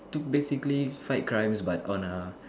to basically fight crimes but on a